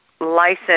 license